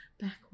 back